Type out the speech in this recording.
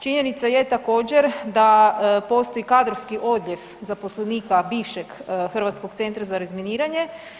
Činjenica je također da postoji kadrovski odljev zaposlenika bivšeg Hrvatskog centra za razminiranje.